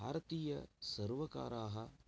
भारतीयसर्वकाराः